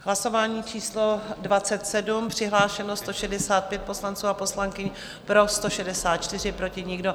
Hlasování číslo 27, přihlášeno 165 poslanců a poslankyň, pro 164, proti nikdo.